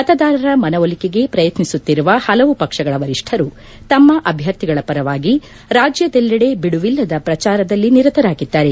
ಮತದಾರರ ಮನವೊಲಿಕೆಗೆ ಪ್ರಯತ್ತಿಸುತ್ತಿರುವ ಹಲವು ವಕ್ಷಗಳ ವರಿಷ್ಠರು ತಮ್ಮ ಅಭ್ಯರ್ಥಿಗಳ ಪರವಾಗಿ ರಾಜ್ಯದೆಲ್ಲೆಡೆ ಬಿಡುವಿಲ್ಲದ ಪ್ರಚಾರದಲ್ಲಿ ನಿರತರಾಗಿದ್ಲಾರೆ